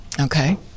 Okay